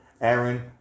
Aaron